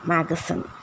Magazine